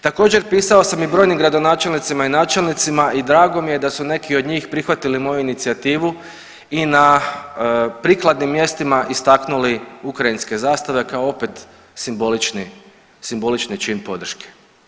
Također pisao sam i brojnim gradonačelnicima i načelnicima i drago mi je da su neki od njih prihvatili moju inicijativu i na prikladnim mjestima istaknuli ukrajinske zastave kao opet simbolični čin podrške.